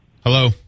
Hello